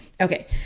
Okay